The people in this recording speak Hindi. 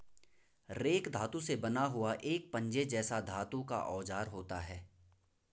रेक धातु से बना हुआ एक पंजे जैसा धातु का औजार होता है